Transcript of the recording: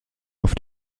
auf